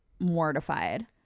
Mortified